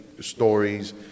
stories